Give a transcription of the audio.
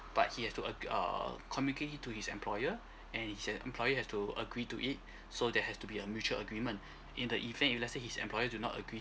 but he has to ag~ err communicate it to his employer and hi~ uh employer has to agree to it so that has to be a mutual agreement in the event if let's say his employer do not agree